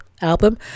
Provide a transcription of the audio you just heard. album